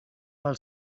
pel